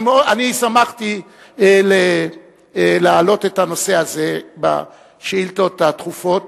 אני שמחתי להעלות את הנושא הזה בשאילתות הדחופות,